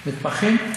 מתמחים?